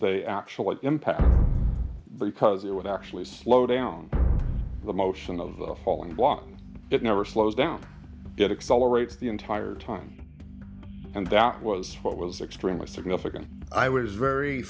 they actually impact because it would actually slow down the motion of the fall and block it never slows down excel or rates the entire time and that was what was extremely significant i was very